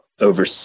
over